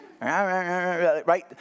right